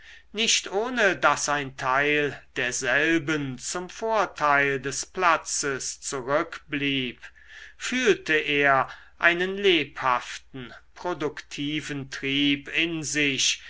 nicht ohne daß ein teil derselben zum vorteil des platzes zurückblieb fühlte er einen lebhaften produktiven trieb in sich